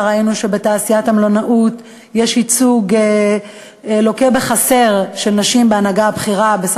ראינו שבתעשיית המלונאות ייצוג הנשים בהנהגה הבכירה לוקה בחסר,